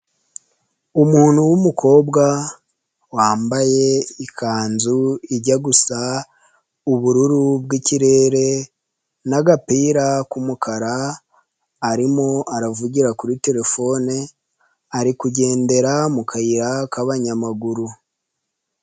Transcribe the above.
Umuntu w'umukobwa wambaye ikanzu ijya gusa ubururu bw'ikirere n'agapira k'umukara arimo aravugira kuri telefone, ari kugendera mu kayira k'abanyamaguru.